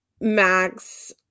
max